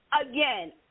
Again